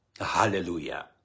Hallelujah